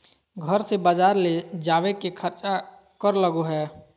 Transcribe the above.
घर से बजार ले जावे के खर्चा कर लगो है?